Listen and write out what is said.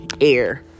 air